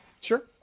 Sure